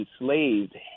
enslaved